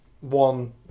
one